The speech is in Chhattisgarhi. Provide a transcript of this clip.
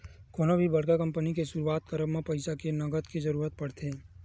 कोनो भी बड़का कंपनी के सुरुवात करब म पइसा के नँगत के जरुरत पड़थे